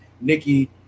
Nikki